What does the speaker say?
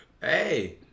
Hey